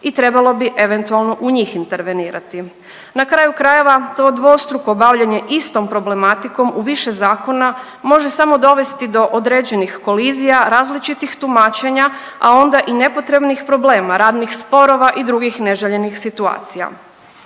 i trebalo bi eventualno u njih intervenirati. Na kraju krajeva to dvostruko bavljenje istom problematikom u više zakona može samo dovesti do određenih kolizija različitih tumačenja, a onda i nepotrebnih problema, radnih sporova i drugih neželjenih situacija.